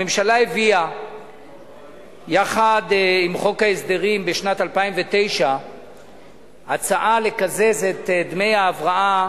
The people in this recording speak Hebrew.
הממשלה הביאה יחד עם חוק ההסדרים בשנת 2009 הצעה לקזז את דמי ההבראה